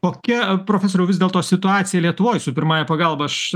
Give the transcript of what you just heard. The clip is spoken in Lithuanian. kokia profesoriau vis dėlto situacija lietuvoj su pirmąja pagalba aš